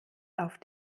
auf